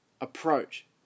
approach